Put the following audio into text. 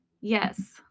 Yes